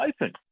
open